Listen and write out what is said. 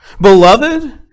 Beloved